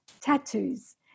tattoos